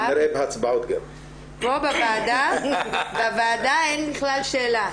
פה בוועדה אין בכלל שאלה.